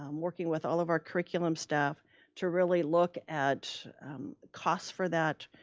um working with all of our curriculum staff to really look at cost for that,